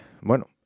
bueno